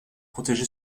protégé